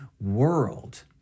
world